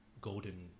golden